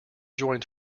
joined